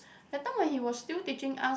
that time when he was still teaching us